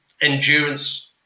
endurance